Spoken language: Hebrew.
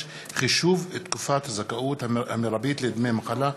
6) (חישוב תקופת הזכאות המרבית לדמי מחלה),